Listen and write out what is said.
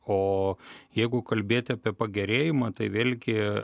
o jeigu kalbėti apie pagerėjimą tai vėlgi